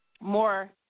more